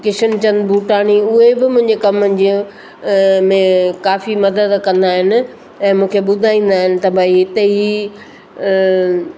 किशिनचंद भूटाणी उहे बि मुंहिंजे कम जो में काफ़ी मदद कंदा आहिनि ऐं मूंखे ॿुधाईंदा आहिनि त बई हिते हीउ